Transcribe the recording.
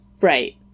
Right